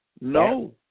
No